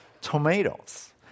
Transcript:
tomatoes